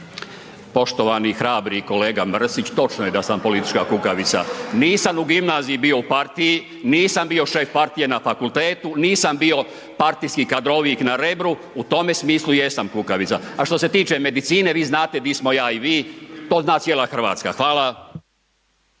Poštovani hrabri kolega Mrsić, točno je da sam politička kukavica. Nisam u gimnaziji bio u partiji, nisam bio šef partije na fakultetu, nisam bio partijski kadrovik na Rebru, u tome smislu jesam kukavica. A što se tiče medicine vi znate gdje smo ja i vi, to zna cijela Hrvatska. Hvala.